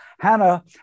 Hannah